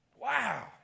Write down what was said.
Wow